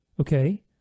okay